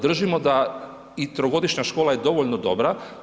Držimo da i trogodišnja škola je dovoljno dobra.